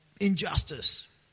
injustice